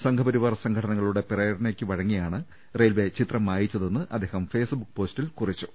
സംഘപരിവാർ സംഘടനകളുടെ പ്രേരണക്ക് വഴങ്ങി യാണ് റെയിൽവെ ചിത്രം മായിച്ചതെന്ന് അദ്ദേഹം ഫെയ്സ്ബുക്ക് പോസ്റ്റിൽ കുറിച്ചു